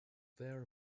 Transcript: there